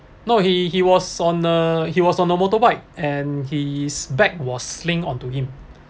no he he was on the he was on the motorbike and he is bag was sling onto him